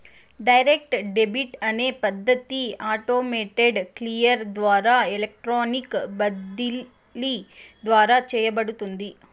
direct debit అనే పద్ధతి automated clear ద్వారా ఎలక్ట్రానిక్ బదిలీ ద్వారా చేయబడుతుంది